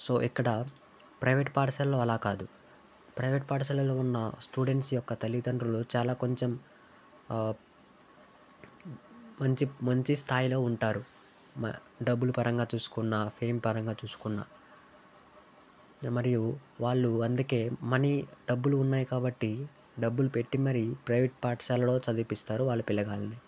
so ఇక్కడ private పాఠశాలలో అలా కాదు ప్రైవేట్ పాఠశాలలో ఉన్న స్టూడెంట్స్ యొక్క తల్లిదండ్రులు చాలా కొంచెం మంచి మంచి స్థాయిలో ఉంటారు డబ్బులు పరంగా చూసుకున్న ఏం పరంగా చూసుకున్న మరియు వాళ్ళు అందుకే మనీ డబ్బులు ఉన్నాయి కాబట్టి డబ్బులు పెట్టి మరి ప్రైవేట్ పాఠశాలలో చదివిపిస్తారు వాళ్ళు పిల్లగాలని